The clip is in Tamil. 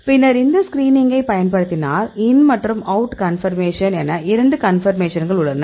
பின்னர் இந்த ஸ்கிரீனிங்கைப் பயன்படுத்தினால் இன் மற்றும் அவுட் கன்பர்மேஷன் என இரண்டு கன்பர்மேஷன்கள் உள்ளன